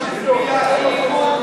היושב-ראש,